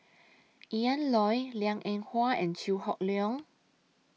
Ian Loy Liang Eng Hwa and Chew Hock Leong